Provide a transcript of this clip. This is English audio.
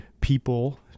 people